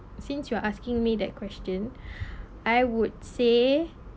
since you are asking me that question I would say